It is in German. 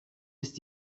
ist